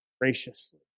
graciously